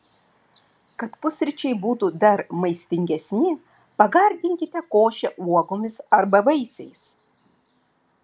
kad pusryčiai būtų dar maistingesni pagardinkite košę uogomis arba vaisiais